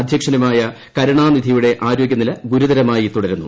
അധൃക്ഷനുമായ കരണാനിധിയുടെ ആരോഗ്യനില ഗുരുതരമായി തുടരുന്നു